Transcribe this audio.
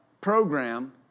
program